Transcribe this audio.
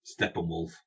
Steppenwolf